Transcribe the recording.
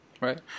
right